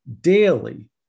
daily